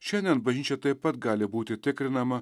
šiandien bažnyčia taip pat gali būti tikrinama